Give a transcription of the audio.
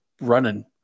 running